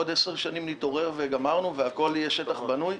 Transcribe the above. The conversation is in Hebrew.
עוד עשר שנים נתעורר וגמרנו והכול יהיה שטח בנוי?